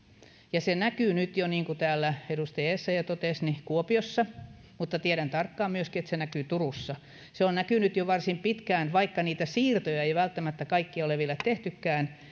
ja se näkyy nyt jo niin kuin täällä edustaja essayah totesi kuopiossa mutta tiedän tarkkaan myöskin että se näkyy turussa se on näkynyt jo varsin pitkään vaikka niitä siirtoja ei välttämättä kaikkia ole vielä tehtykään